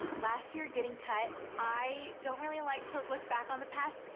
last year getting cut, i don't really like to look back on the past.